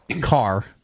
car